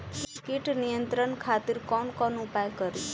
कीट नियंत्रण खातिर कवन कवन उपाय करी?